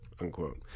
unquote